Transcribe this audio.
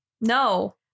No